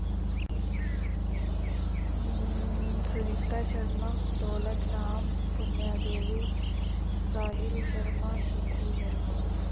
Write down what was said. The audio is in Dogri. सुनीता शर्मा दौलत राम पुन्नेआ देवी साहिल शर्मा शिखु शर्मा